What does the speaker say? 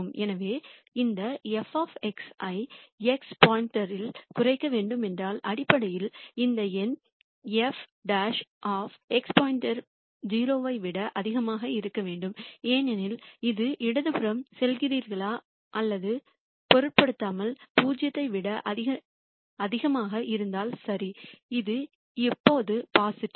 எனவே இந்த f ஐ x இல் குறைக்க வேண்டும் என்றால் அடிப்படையில் இந்த எண் f x 0 ஐ விட அதிகமாக இருக்க வேண்டும் ஏனெனில் இது இடதுபுறம் செல்கிறீர்களா அல்லது பொருட்படுத்தாமல் 0 ஐ விட அதிகமாக இருந்தால் சரி இது எப்போதும் பாசிட்டிவ்